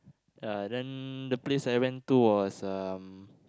ya then the place I went to was um